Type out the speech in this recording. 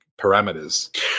parameters